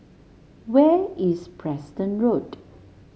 where is Preston Road